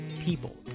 people